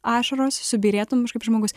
ašaros subyrėtum aš kaip žmogus